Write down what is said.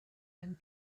and